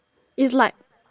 it's like